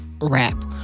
rap